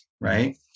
Right